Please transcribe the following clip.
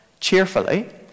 cheerfully